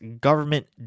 government